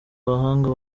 abahanga